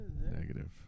Negative